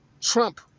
Trump